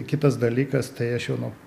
kitas dalykas tai aš jau nuo